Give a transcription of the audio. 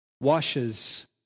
washes